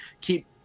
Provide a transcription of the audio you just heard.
keep